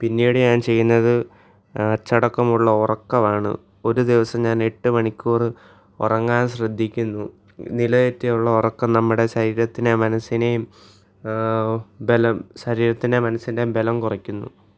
പിന്നീട് ഞാൻ ചെയ്യുന്നത് അച്ചടക്കമുള്ള ഉറക്കവാണ് ഒരു ദിവസം ഞാൻ എട്ട് മണിക്കൂറ് ഉറങ്ങാൻ ശ്രദ്ധിക്കുന്നു നില തെറ്റിയുള്ള ഉറക്കം നമ്മുടെ ശരീരത്തിനെയും മനസിനെയും ബലം ശരീരത്തിൻറ്റെം മനസിൻറ്റെം ബലം കുറയ്ക്കുന്നു